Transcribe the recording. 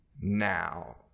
Now